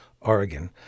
Oregon